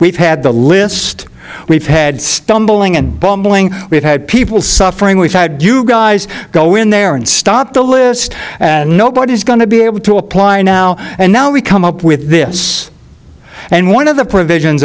we've had the list we've had stumbling and bumbling we've had people suffering we've had you guys go in there and stop the list nobody's going to be able to apply now and now we come up with this and one of the provisions